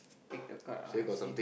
pick the card ah see